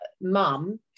mum